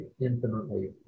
infinitely